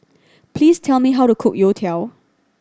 please tell me how to cook youtiao